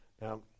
Now